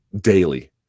daily